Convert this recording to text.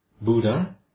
Buddha